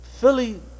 Philly